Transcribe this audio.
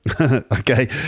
okay